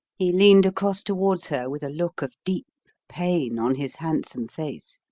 he leaned across towards her with a look of deep pain on his handsome face.